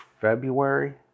February